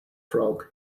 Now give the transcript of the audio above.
frog